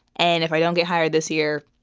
and if i don't get hired this year,